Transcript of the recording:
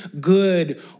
good